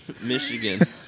Michigan